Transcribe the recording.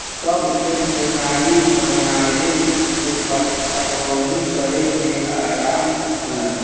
सब खेत में नारी बनावे से पटवनी करे में आराम होला